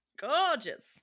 gorgeous